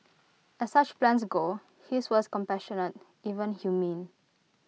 as such plans go his was compassionate even humane